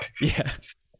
Yes